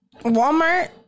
Walmart